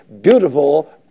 beautiful